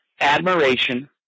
admiration